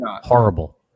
horrible